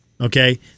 okay